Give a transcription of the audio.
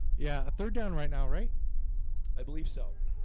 yeah third down right now, right i believe so